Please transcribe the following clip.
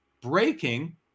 Breaking